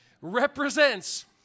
Represents